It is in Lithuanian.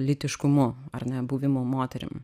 lytiškumu ar ne buvimo moterim